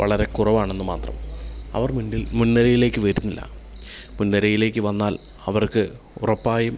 വളരെ കുറവാണെന്ന് മാത്രം അവർ മുന്നിൽ മുൻനിരയിലേക്ക് വരുന്നില്ല മുൻനിരയിലേക്ക് വന്നാൽ അവർക്ക് ഉറപ്പായും